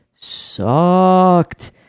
sucked